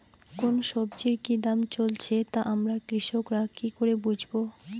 কোন সব্জির কি দাম চলছে তা আমরা কৃষক রা কি করে বুঝবো?